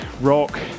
rock